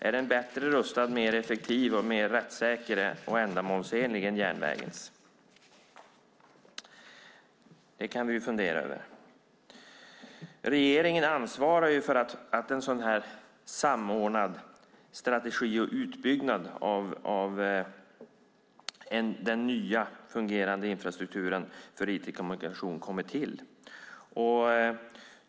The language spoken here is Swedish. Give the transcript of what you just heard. Är den bättre rustad, mer effektiv, mer rättssäker och mer ändamålsenlig än järnvägens infrastruktur? Det kan vi fundera över. Regeringen ansvarar för att en samordnad strategi och utbyggnad av den nya fungerande infrastruktur för IT-kommunikation kommer till.